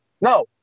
no